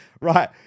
Right